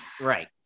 Right